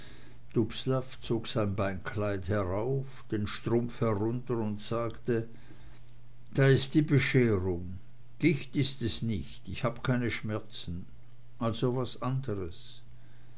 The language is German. zog sein beinkleid herauf den strumpf herunter und sagte da is die bescherung gicht ist es nicht ich habe keine schmerzen also was andres